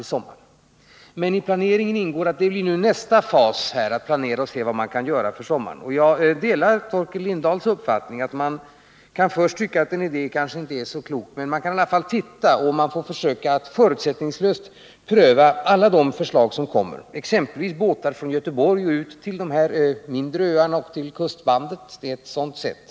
Nästa fas i planeringen är också att se vad som kan göras för sommaren. Jag delar Torkel Lindahls uppfattning att man först kan tycka att en idé kanske inte är så klok, men att alla de förslag som kommer fram måste prövas förutsättningslöst. Ett exempel är förslaget att sätta in båtar från Göteborg ut till de mindre öarna och kustbandet — det är ett sätt.